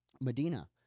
Medina